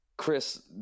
Chris